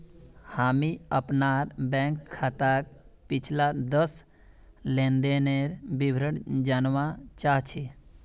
हामी अपनार बैंक खाताक पिछला दस लेनदनेर विवरण जनवा चाह छि